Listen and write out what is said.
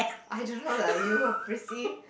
I don't know lah you are prissy